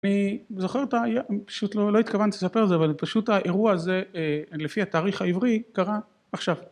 זוכר את... פשוט לא התכוונתי לספר את זה, אבל פשוט האירוע הזה לפי התאריך העברי קרה עכשיו